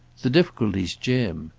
the difficulty's jim.